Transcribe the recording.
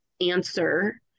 answer